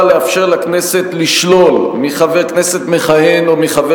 הצעת החוק באה לאפשר לכנסת לשלול מחבר כנסת מכהן או מחבר